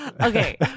Okay